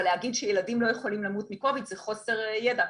אבל להגיד שילדים לא יכולים למות מקוביד זה חוסר ידע.